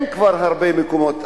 אין כבר הרבה מקומות.